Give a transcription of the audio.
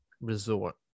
resort